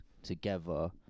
together